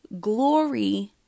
glory